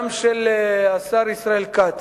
גם של השר ישראל כץ,